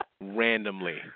randomly